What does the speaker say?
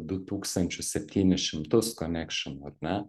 du tūkstančius septynis šimtus konekšinų ar ne